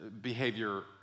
behavior